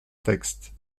texte